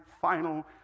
final